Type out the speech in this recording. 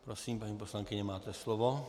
Prosím, paní poslankyně, máte slovo.